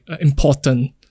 important